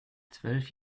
zwölf